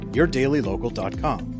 YourDailyLocal.com